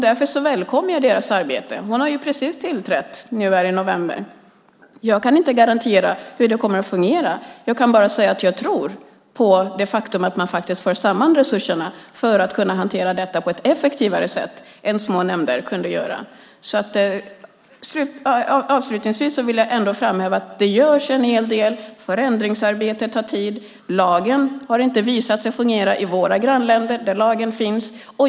Därför välkomnar jag deras arbete. Reklamombudsmannen har precis tillträtt, nu i november. Jag kan inte garantera hur det kommer att fungera. Jag kan bara säga att jag tror på det faktum att man för samman resurserna för att kunna hantera detta på ett effektivare sätt än små nämnder kunde göra. Jag vill framhäva att det görs en hel del. Förändringsarbete tar tid. Lagen har inte visat sig fungera i våra grannländer.